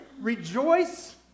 Rejoice